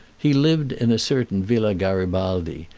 he lived in a certain villa garibaldi,